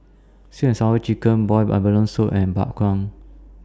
Sweet and Sour Chicken boiled abalone Soup and Bak Chang